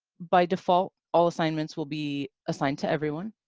by default, all assignments will be assigned to everyone.